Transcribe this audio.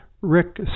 Rick